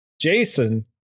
Jason